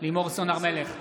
לימור סון הר מלך,